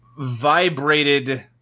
vibrated